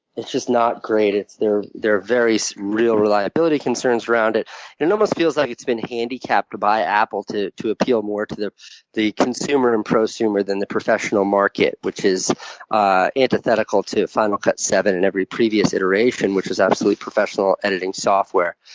it's just not great. there there are various real reliability concerns around it. and it almost feels like it's been handicapped by apple to to appeal more to the the consumer and prosumer than the professional market, which is ah antithetical to final cut seven, and every previous iteration, which was absolutely professional editing software.